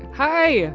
hi. yeah